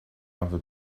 other